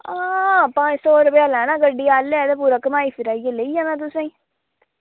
आं पंज सौ रपेआ लैना गड्डी आह्ले ते पूरा घुमाई फिराई लेई जाना तुसें ई